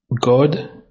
God